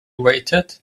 waited